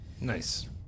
nice